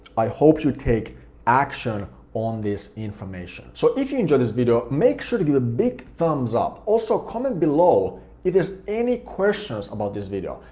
i hope you take action on this information. so if you enjoyed this video, make sure to give it a big thumbs up. also comment below if there's any questions about this video,